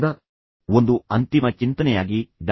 ಈಗ ಒಂದು ಅಂತಿಮ ಚಿಂತನೆಯಾಗಿ ಡಾ